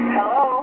Hello